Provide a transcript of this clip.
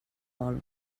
vol